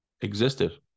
existed